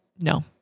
No